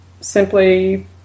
Simply